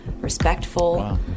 respectful